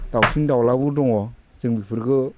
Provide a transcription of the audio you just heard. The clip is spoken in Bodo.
दाउसिन दाउलाबो दङ जों बिफोरखो